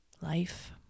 life